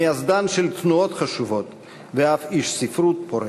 מייסדן של תנועות חשובות ואף איש ספרות פורה.